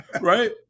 Right